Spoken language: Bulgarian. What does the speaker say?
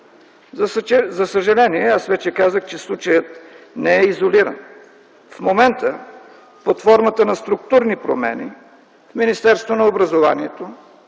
За съжаление, аз вече казах, че случаят не е изолиран. В момента, под формата на структурни промени, в Министерството на образованието,